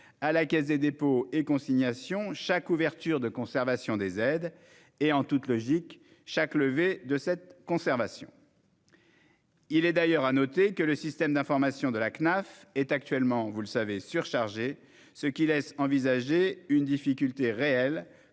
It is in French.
à la Caisse des dépôts et consignations chaque ouverture de conservation des aides et, en toute logique, chaque levée de conservation. Il est d'ailleurs à noter que le système d'information de la Cnaf est actuellement surchargé, ce qui laisse envisager une difficulté réelle